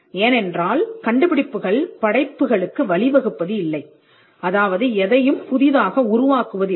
ஏனென்றால் கண்டுபிடிப்புகள் படைப்புகளுக்கு வழிவகுப்பது இல்லை அதாவது எதையும் புதிதாக உருவாக்குவதில்லை